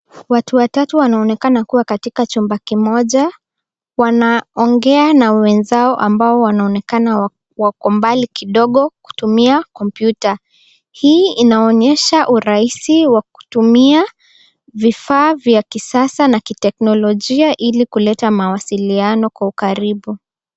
Watu watatu wanaonekana kuwa katika chumba kimoja. Wanaongea na wenzao ambao wanaonekana wako mbali kidogo kutumia kompyuta. Hii inaonyesha urahisi wa kutumia vifaa vya kisasa na kiteknolojia ili kuleta mawasiliano kwa ukaribu.